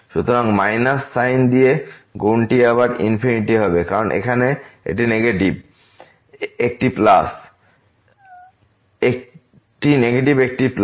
সুতরাং minus sign দিয়ে গুণটি আবার ইনফিনিটি হবে কারণ এখানে এটি নেগেটিভ একটি প্লাস